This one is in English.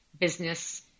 business